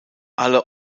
alle